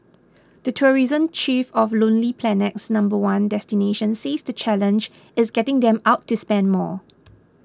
the tourism chief of Lonely Planet's number one destination says the challenge is getting them out to spend more